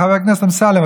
חבר הכנסת אמסלם,